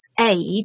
age